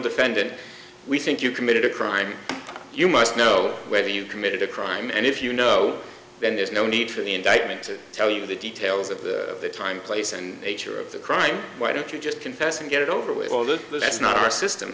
defendant we think you committed a crime you must know whether you've committed a crime and if you know then there's no need for an indictment to tell you the details of the time place and nature of the crime why don't you just confess and get it over with all the that's not our system